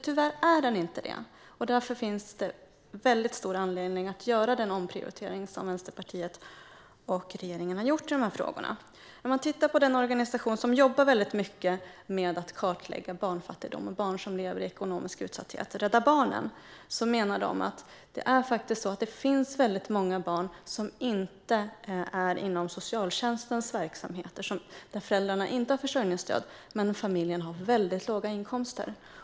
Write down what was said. Tyvärr är den inte det, och därför finns det stor anledning att göra den omprioritering som Vänsterpartiet och regeringen har gjort i frågorna. Låt oss titta på den organisation som jobbar mycket med att kartlägga barnfattigdom och barn som lever i ekonomisk utsatthet. Rädda Barnen menar att många barn inte finns inom socialtjänstens verksamheter. Föräldrarna har inte försörjningsstöd, men familjen har mycket låga inkomster.